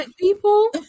people